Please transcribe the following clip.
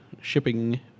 shipping